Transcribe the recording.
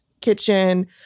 kitchen